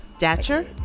Datcher